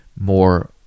more